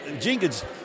Jenkins